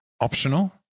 optional